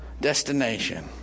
destination